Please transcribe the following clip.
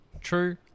True